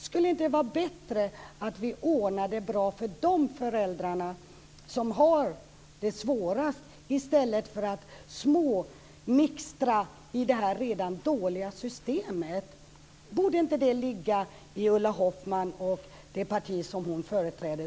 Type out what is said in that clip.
Skulle det inte vara bättre att vi ordnade det bra för de föräldrar som har det svårast i stället för att småmixtra i det här redan dåliga systemet? Borde det inte ligga i det partis politik som Ulla Hoffmann företräder?